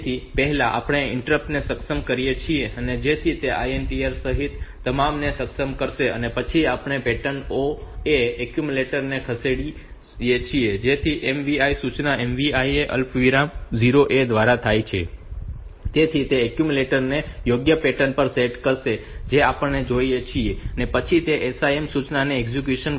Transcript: તેથી પહેલા આપણે ઇન્ટરપ્ટ ને સક્ષમ કરીએ છીએ જેથી તે INTR સહિત તમામને સક્ષમ કરશે અને પછી આપણે પેટર્ન 0A ને એક્યુમ્યુલેટર પર ખસેડીએ છીએ જેથી MVI સૂચના MVIA અલ્પવિરામ 0A દ્વારા થાય છે તેથી તે એક્યુમ્યુલેટર ને યોગ્ય પેટર્ન પર સેટ કરશે જે આપણને જોઈએ છે અને પછી તે SIM સૂચનાને એક્ઝિક્યુટ કરશે